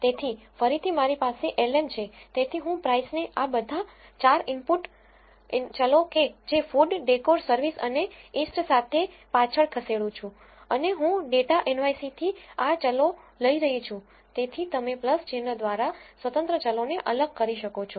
તેથી ફરીથી મારી પાસે lm છે તેથી હું price ને આ બધા 4 ઇનપુટ ચલો કે જે food decor service અને east સાથે પાછળ ખસેડું છુ અને હું ડેટા nyc થી આ ચલો લઈ રહી છું તેથી તમે ચિન્હ દ્વારા સ્વતંત્ર ચલોને અલગ કરી શકો છો